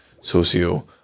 Socio